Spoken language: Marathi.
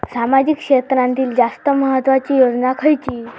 सामाजिक क्षेत्रांतील जास्त महत्त्वाची योजना खयची?